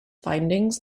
findings